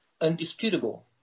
undisputable